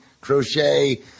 crochet